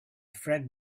friend